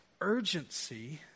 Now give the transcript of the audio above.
urgency